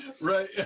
right